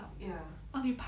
ya